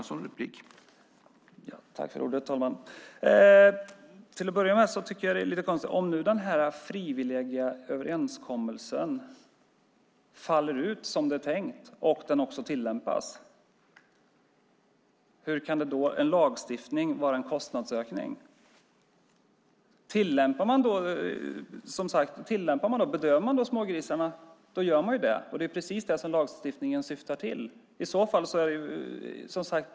Herr talman! Till att börja med tycker jag att detta är lite konstigt. Hur kan en lagstiftning innebära en kostnadsökning om den här frivilliga överenskommelsen nu faller ut som det är tänkt och det här också tillämpas? Bedövar man smågrisarna gör man ju det, och det är precis det som lagstiftningen syftar till.